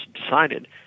decided